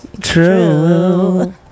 True